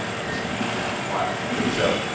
isn't that wild? okay, so,